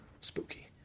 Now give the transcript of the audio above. spooky